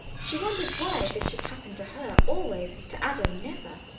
she wondered why this should happen to her always, to adam never.